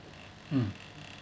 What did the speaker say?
mm